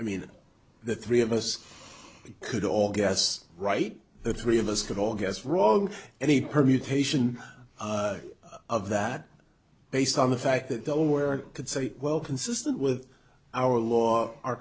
i mean the three of us could all guess right the three of us could all guess wrong any permutation of that based on the fact that there were it could say well consistent with our law our